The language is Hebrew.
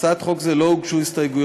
להצעת חוק זו לא הוגשו הסתייגויות,